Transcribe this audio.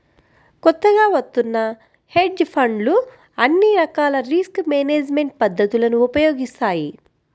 కొత్తగా వత్తున్న హెడ్జ్ ఫండ్లు అన్ని రకాల రిస్క్ మేనేజ్మెంట్ పద్ధతులను ఉపయోగిస్తాయి